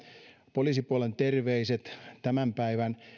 poliisipuolen terveiset tämän päivän